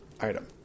item